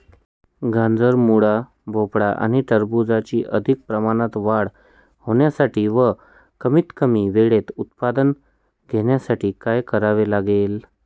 गाजर, मुळा, भोपळा आणि टरबूजाची अधिक प्रमाणात वाढ होण्यासाठी व कमीत कमी वेळेत उत्पादन घेण्यासाठी काय करावे लागेल?